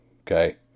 Okay